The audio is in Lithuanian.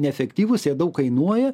neefektyvūs jie daug kainuoja